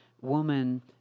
woman